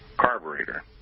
carburetor